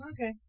Okay